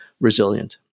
resilient